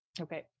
Okay